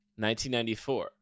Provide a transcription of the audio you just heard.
1994